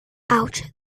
ouch